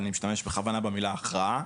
ואני משתמש בכוונה במילה הכרעה.